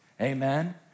amen